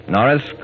Norris